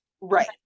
right